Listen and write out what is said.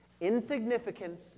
insignificance